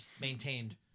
maintained